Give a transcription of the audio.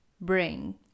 bring